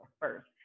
first